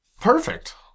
Perfect